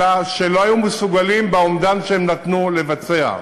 אלא שלא היו מסוגלים, באומדן שהם נתנו, לבצע.